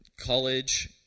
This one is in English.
college